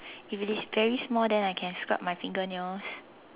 if it is very small then I can scrub my finger nails